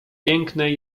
pięknej